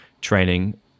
training